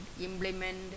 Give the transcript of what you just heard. implement